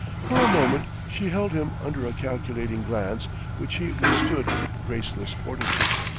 for a moment she held him under a calculating glance which he withstood with graceless fortitude.